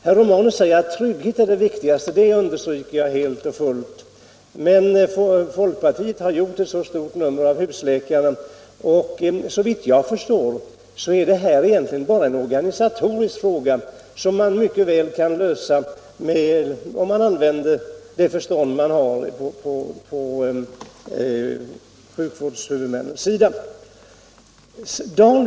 Herr Romanus säger att tryggheten är viktigast, och det håller jag med om. Folkpartiet har gjort ett stort nummer av husläkaren, men, såvitt jag förstår, är detta bara en organisatorisk fråga som mycket väl kan lösas av sjukvårdshuvudmännen.